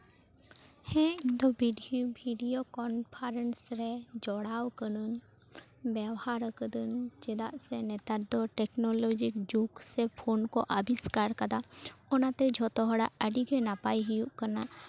ᱦᱮᱸ ᱤᱧ ᱫᱚ ᱵᱷᱤᱰᱭᱳ ᱵᱷᱤᱰᱭᱳ ᱠᱚᱱᱯᱷᱟᱨᱮᱱᱥ ᱨᱮ ᱡᱚᱲᱟᱣ ᱠᱟᱹᱱᱟᱹᱧ ᱵᱮᱣᱦᱟᱨ ᱠᱟᱹᱫᱟᱹᱧ ᱪᱮᱫᱟᱜ ᱥᱮ ᱱᱮᱛᱟᱨ ᱫᱚ ᱴᱮᱠᱱᱳᱞᱚᱡᱤ ᱡᱩᱜᱽ ᱥᱮ ᱯᱷᱳᱱ ᱠᱚ ᱟᱵᱤᱥᱠᱟᱨ ᱠᱟᱫᱟ ᱚᱱᱟᱛᱮ ᱡᱷᱚᱛᱚ ᱦᱚᱲᱟᱜ ᱟᱹᱰᱤᱜᱮ ᱱᱟᱯᱟᱭ ᱦᱩᱭᱩᱜ ᱠᱟᱱᱟ